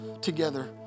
together